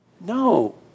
no